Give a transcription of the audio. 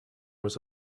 was